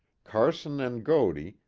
carson and godey,